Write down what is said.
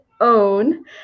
own